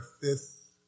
fifth